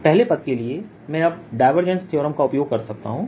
पहले पद के लिए मैं अब डायवर्जेंस थ्योरम का उपयोग कर सकता हूं